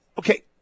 Okay